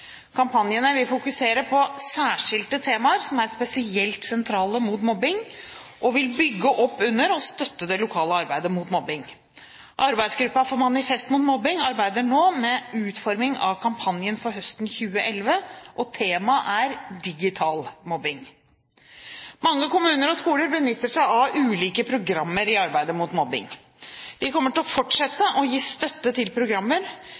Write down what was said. Kampanjene vil fokusere på særskilte temaer som er spesielt sentrale mot mobbing, og vil bygge opp under og støtte det lokale arbeidet mot mobbing. Arbeidsgruppa for Manifest mot mobbing arbeider nå med utforming av kampanjen for høsten 2011, og temaet er digital mobbing. Mange kommuner og skoler benytter seg av ulike programmer i arbeidet mot mobbing. Vi kommer til å fortsette å gi støtte til programmer,